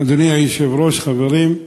אדוני היושב-ראש, חברים,